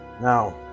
now